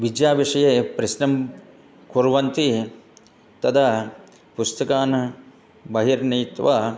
विद्याविषये प्रश्नं कुर्वन्ति तदा पुस्तकानि बहिर्नीत्वा